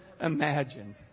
imagined